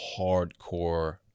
hardcore